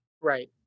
Right